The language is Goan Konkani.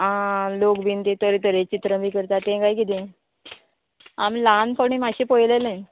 आं लोक बीन ते तरेतरे चित्र बी करता तें कांय किदें आमी ल्हान फोणें मात्शें पळयलें